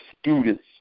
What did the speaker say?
students